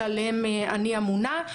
שעליהם אני ממונה.